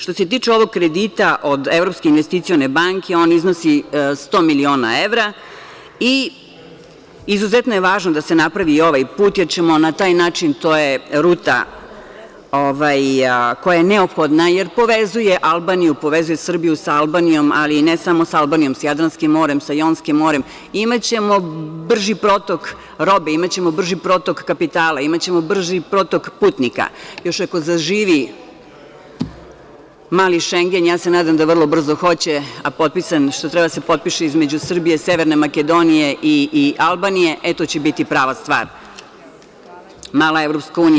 Što se tiče ovog kredita od Evropske investicione banke, on iznosi 100 miliona evra i izuzetno je važno da se napravi i ovaj put, jer ćemo na taj način, to je ruta koja je neophodna, jer povezuje Albaniju, povezuje Srbiju sa Albanijom, ali ne i samo sa Albanijom, s Jadranskim morem, sa Jonskim morem, imaćemo brži protok robe, imaćemo brži protok kapitala, imaćemo brži protok putnika, još ako zaživi „mali Šengen“, ja se nadam da vrlo brzo hoće, a što treba da se potpiše između Srbije, Severne Makedonije i Albanije, e to će biti prava stvar, mala EU.